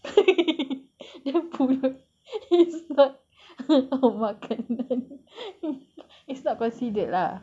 the pulut is not a makanan it's not considered lah